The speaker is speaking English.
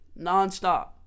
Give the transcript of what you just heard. Nonstop